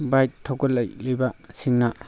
bike ꯊꯧꯒꯠꯂꯛꯂꯤꯕꯁꯤꯡꯅ